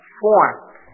form